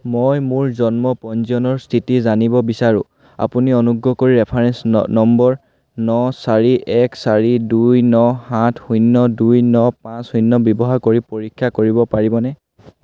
মই মোৰ জন্ম পঞ্জীয়নৰ স্থিতি জানিব বিচাৰোঁ আপুনি অনুগ্ৰহ কৰি ৰেফাৰেন্স ন নম্বৰ ন চাৰি এক চাৰি দুই ন সাত শূন্য দুই ন পাঁচ শূন্য ব্যৱহাৰ কৰি পৰীক্ষা কৰিব পাৰিবনে